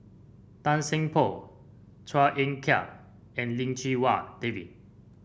Tan Seng Poh Chua Ek Kay and Lim Chee Wai David